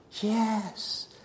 Yes